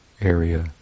area